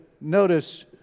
notice